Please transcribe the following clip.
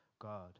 God